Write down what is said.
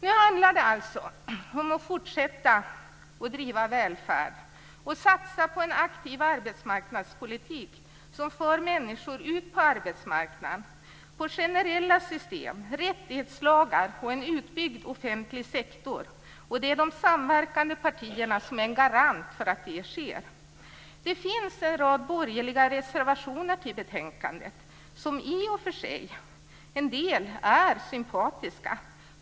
Nu handlar det alltså om att fortsätta driva välfärd och satsa på en aktiv arbetsmarknadspolitik som för människor ut på arbetsmarknaden. Det handlar om generella system, rättighetslagar och en utbyggd offentlig sektor. Det är de samverkande partierna som är en garant för att detta sker. Det finns en rad borgerliga reservationer till betänkandet som i och för sig är sympatiska - en del.